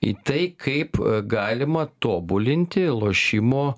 į tai kaip galima tobulinti lošimo